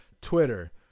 Twitter